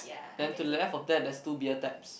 then to left of that there's two bear taps